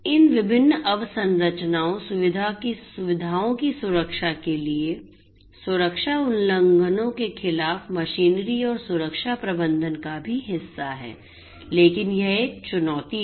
इन विभिन्न अवसंरचना सुविधाओं की सुरक्षा के लिए सुरक्षा उल्लंघनों के खिलाफ मशीनरी और सुरक्षा प्रबंधन का भी हिस्सा हैं लेकिन यह एक चुनौती है